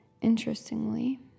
Interestingly